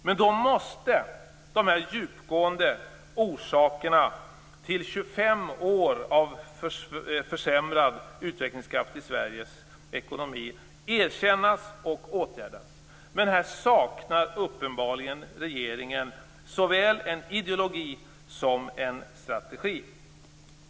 Men då måste de här djupgående orsakerna till 25 år av försämrad utvecklingskraft i Sveriges ekonomi erkännas och åtgärdas. Men här saknar regeringen uppenbarligen såväl en ideologi som en strategi.